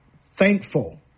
thankful